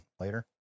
later